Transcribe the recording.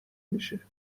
میشه